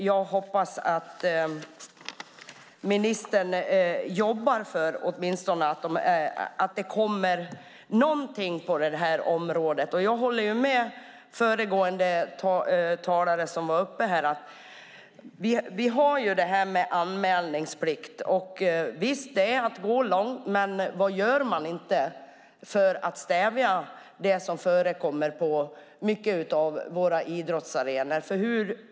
Jag hoppas att ministern jobbar för att det åtminstone ska komma någonting på det här området. Jag håller med föregående talare. Vi har det här med anmälningsplikt. Visst, det är att gå långt, men vad gör man inte för att stävja det som förekommer på många av våra idrottsarenor?